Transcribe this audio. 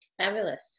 Fabulous